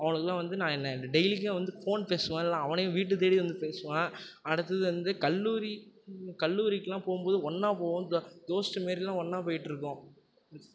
அவனுக்குலாம் வந்து நான் என்ன டெய்லிக்கும் வந்து ஃபோன் பேசுவேன் இல்லைன்னா அவனே வீடு தேடி வந்து பேசுவான் அடுத்தது வந்து கல்லுரி கல்லுரி கல்லுரிக்குலாம் போகும்போது ஒன்னா போவோம் இந்த தோஸ்த்து மாரிலாம் ஒன்னாக போயிட்ருப்போம்